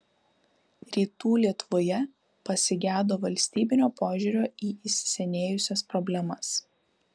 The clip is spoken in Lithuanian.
rytų lietuvoje pasigedo valstybinio požiūrio į įsisenėjusias problemas